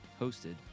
hosted